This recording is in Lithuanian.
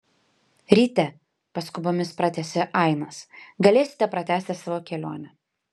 ryte paskubomis pratęsė ainas galėsite pratęsti savo kelionę